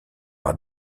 par